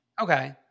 Okay